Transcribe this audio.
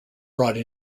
brought